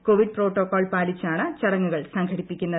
Covid protocol പാലിച്ചാണ് ചടങ്ങുകൾ സംഘടിപ്പിക്കുന്നത്